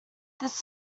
this